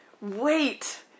Wait